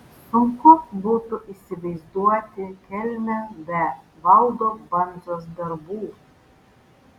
sunku būtų įsivaizduoti kelmę be valdo bandzos darbų